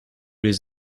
les